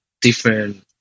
different